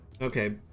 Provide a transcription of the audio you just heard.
Okay